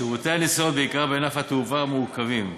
שירותי הנסיעות, בעיקר בענף התעופה, מורכבים.